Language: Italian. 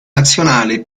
nazionale